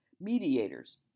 mediators